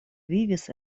vivis